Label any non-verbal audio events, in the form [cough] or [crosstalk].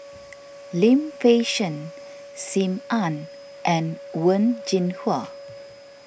[noise] Lim Fei Shen Sim Ann and Wen Jinhua